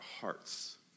hearts